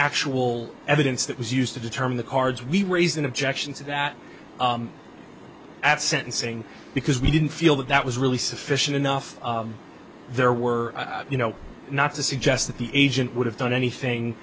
actual evidence that was used to determine the cards we raised an objection to that at sentencing because we didn't feel that that was really sufficient enough there were you know not to suggest that the agent would have done anything